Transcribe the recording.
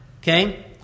okay